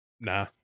nah